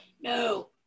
no